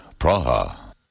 Praha